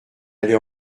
aller